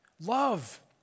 Love